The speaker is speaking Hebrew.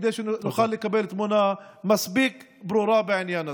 כדי שנוכל לקבל תמונה מספיק ברורה בעניין הזה.